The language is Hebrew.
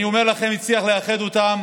אני אומר לכם, הוא הצליח לאחד אותם